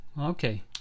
okay